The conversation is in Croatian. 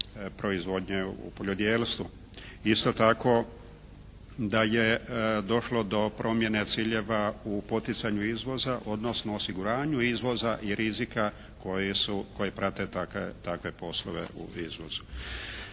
proizvodnje u poljodjelstvu. Isto tako da je došlo do promjene ciljeva u poticanju izvoza, odnosno osiguranju izvoza i rizika koje prate takve poslove u …